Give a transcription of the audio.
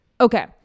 Okay